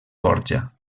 borja